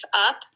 up